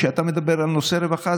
כשאתה מדבר על נושא רווחה,